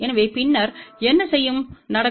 எனவே பின்னர் என்ன செய்யும் நடக்கும்